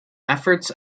efforts